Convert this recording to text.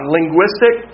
linguistic